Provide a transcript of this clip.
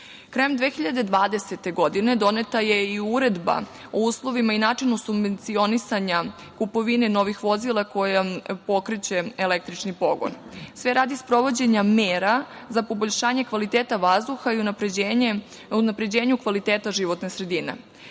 2020. godine doneta je i Uredba o uslovima i načinu subvencionisanja kupovine novih vozila koja pokreće električni pogon, sve radi sprovođenja mera za poboljšanje kvaliteta vazduha i unapređenju kvaliteta životne sredine. Srbija